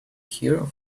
here